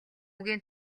үгийн